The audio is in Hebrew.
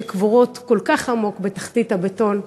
שקבורות כל כך עמוק בתחתית הבטון,